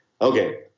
okay